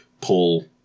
pull